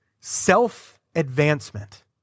self-advancement